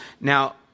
Now